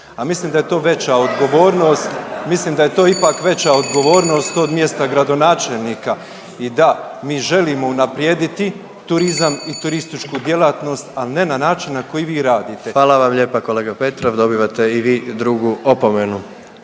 mislim da je to ipak veća odgovornost od mjesta gradonačelnika. I da, mi želimo unaprijediti turizam i turističku djelatnost, al ne na način na koji vi radite. **Jandroković, Gordan (HDZ)** Hvala vam lijepa kolega Petrov, dobivate i vi drugu opomenu.